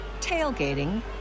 tailgating